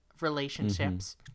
relationships